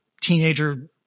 teenager